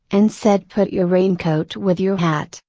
and said put your raincoat with your hat.